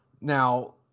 Now